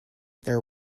there